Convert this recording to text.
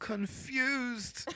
confused